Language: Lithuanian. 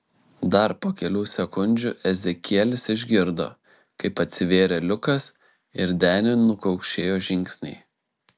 dar po kelių sekundžių ezekielis išgirdo kaip atsivėrė liukas ir deniu nukaukšėjo žingsniai